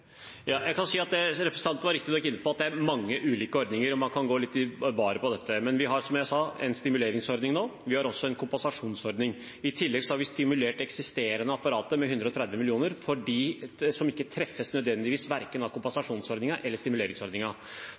kan statsråden selv velge. Representanten var inne på at det er mange ulike ordninger, og man kan gå litt i surr på dette, men vi har, som jeg sa, en stimuleringsordning nå. Vi har også en kompensasjonsordning. I tillegg har vi stimulert eksisterende apparater med 130 mill. kr, for dem som ikke nødvendigvis treffes av verken kompensasjonsordningen eller